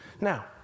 Now